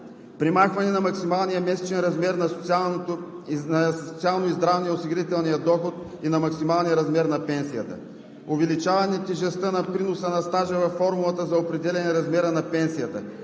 премахване на максималния месечен размер на социалния и здравния осигурителен доход и на максималния размер на пенсията; увеличаване тежестта на приноса на стажа във формулата за определяне размера на пенсията